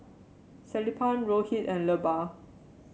Sellapan Rohit and Bellur